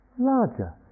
larger